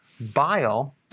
Bile